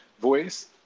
voice